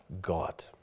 God